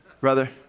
brother